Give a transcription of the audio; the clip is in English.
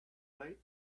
night